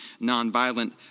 Nonviolent